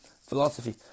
Philosophy